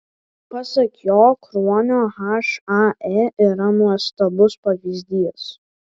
pasak jo kruonio hae yra nuostabus pavyzdys